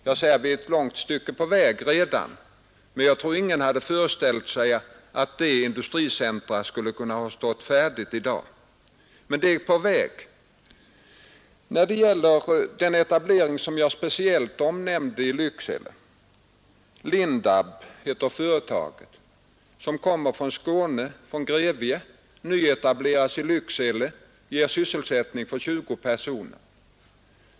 Vi är redan ett långt stycke på väg, men jag tror inte att nägon hade föreställt sig att detta industricentrum skulle kunnat stå färdigt i dag. Den nyetablering som jag speciellt omnämnde i Lycksele — Lindab heter företaget och det kommer från Grevie i Skåne - ger sysselsättning åt 20 personer.